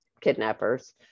kidnappers